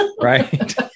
Right